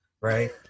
right